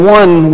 one